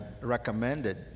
recommended